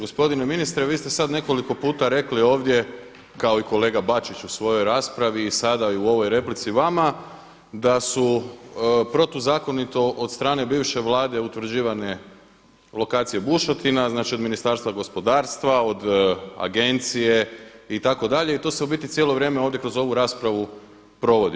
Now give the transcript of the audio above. Gospodine ministre, vi ste sad nekoliko puta rekli ovdje kao i kolega Bačić u svojoj raspravi sada i u ovoj replici vama da su protuzakonito od strane bivše Vlade utvrđivane lokacije bušotina, znači od Ministarstva gospodarstva, od agencije itd. i to su u biti cijelo vrijeme kroz ovu raspravu provodi.